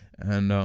and,